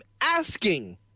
asking